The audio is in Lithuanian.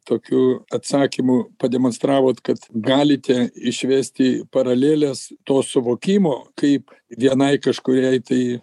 tokiu atsakymu pademonstravot kad galite išvesti paraleles to suvokimo kaip vienai kažkuriai tai